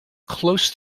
close